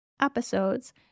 episodes